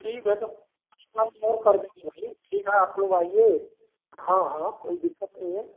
ठीक है तो कुछ कम और कर देंगे भाई ठीक है आप लोग आइए हाँ हाँ कोई दिक़्क़त नहीं है